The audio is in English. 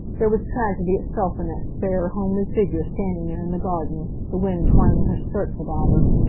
there was tragedy itself in that spare, homely figure standing there in the garden, the wind twining her skirts about her.